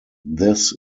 this